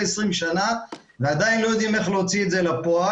20 שנה ועדיין לא יודעים איך להוציא את זה לפועל.